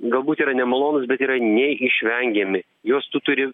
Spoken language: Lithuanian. galbūt yra nemalonūs bet yra neišvengiami juos tu turi